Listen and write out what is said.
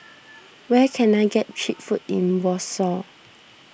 where can I get Cheap Food in Warsaw